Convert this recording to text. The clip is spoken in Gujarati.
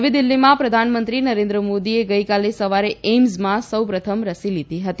નવી દિલ્ફીમાં પ્રધાનમંત્રી નરેન્દ્ર મોદીએ ગઇકાલે સવારે એઇમ્સમાં સૌપ્રથમ રસી લીધી હતી